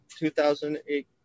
2008